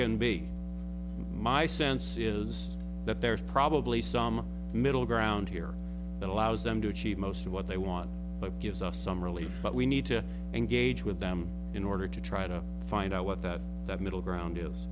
can be my sense is that there is probably some middle ground here that allows them to achieve most of what they want but gives us some relief but we need to engage with them in order to try to find out what that middle ground is